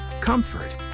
comfort